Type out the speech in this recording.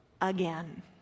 again